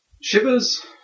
Shivers